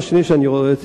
מאה אחוז.